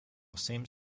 same